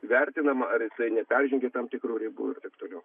vertinama ar jisai neperžengė tam tikrų ribų ir taip toliau